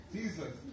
Jesus